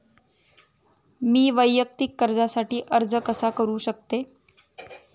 मी वैयक्तिक कर्जासाठी अर्ज कसा करु शकते?